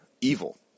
evil